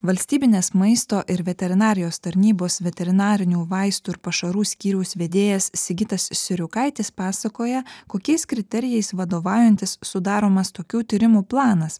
valstybinės maisto ir veterinarijos tarnybos veterinarinių vaistų ir pašarų skyriaus vedėjas sigitas siriukaitis pasakoja kokiais kriterijais vadovaujantis sudaromas tokių tyrimų planas